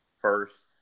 first